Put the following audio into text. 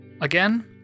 Again